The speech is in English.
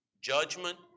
judgment